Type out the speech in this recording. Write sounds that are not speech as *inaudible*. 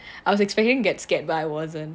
*breath* I was expecting to get scared but I wasn't